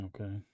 Okay